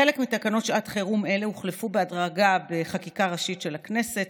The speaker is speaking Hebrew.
חלק מתקנות שעת חירום אלה הוחלפו בהדרגה בחקיקה ראשית של הכנסת,